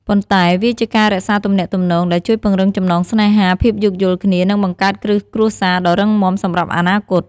ប៉ុន្តែវាជាការរក្សាទំនាក់ទំនង ដែលជួយពង្រឹងចំណងស្នេហា ភាពយោគយល់គ្នា និងបង្កើតគ្រឹះគ្រួសារដ៏រឹងមាំសម្រាប់អនាគត។